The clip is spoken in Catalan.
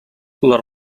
les